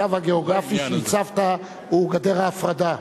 הקו הגיאוגרפי שהצבת הוא גדר ההפרדה.